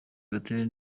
gatete